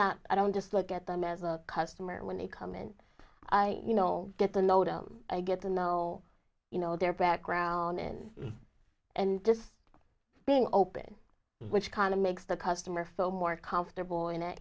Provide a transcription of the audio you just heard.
not i don't just look at them as a customer when they come and i you know get the nodal i get to know you know their background in and just being open which kind of makes the customer phone more comfortable in it